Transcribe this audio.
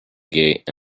gate